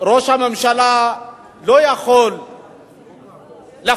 שראש הממשלה לא יכול להפסיד.